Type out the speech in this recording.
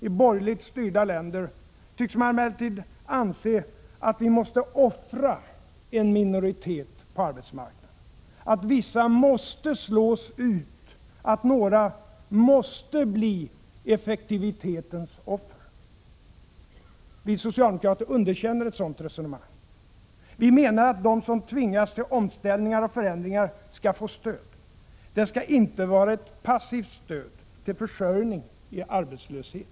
I borgerligt styrda länder tycks man emellertid anse att vi måste offra en minoritet på arbetsmarknaden, att vissa måste slås ut, att några måste bli effektivitetens offer. Vi socialdemokrater underkänner ett sådant resonemang. Vi menar att de som tvingas till omställningar och förändringar skall få stöd. Det skall inte vara ett passivt stöd till försörjning i arbetslöshet.